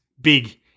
big